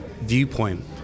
viewpoint